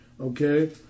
Okay